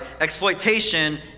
exploitation